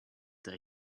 that